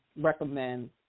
recommend